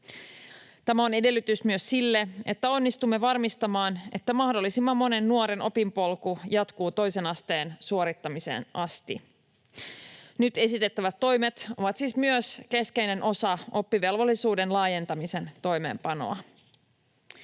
Tämä on edellytys myös sille, että onnistumme varmistamaan, että mahdollisimman monen nuoren opinpolku jatkuu toisen asteen suorittamiseen asti. Nyt esitettävät toimet ovat siis myös keskeinen osa oppivelvollisuuden laajentamisen toimeenpanoa.